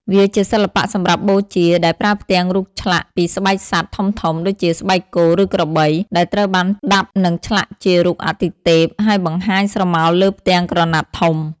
វាជាសិល្បៈសម្រាប់បូជា ដែលប្រើផ្ទាំងរូបឆ្លាក់ពីស្បែកសត្វធំៗ ដូចជាស្បែកគោ ឬក្របី ដែលត្រូវបានដាប់ និងឆ្លាក់ជារូបអាទិទេព ហើយបង្ហាញស្រមោលលើផ្ទាំងក្រណាត់ធំ។